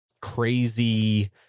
crazy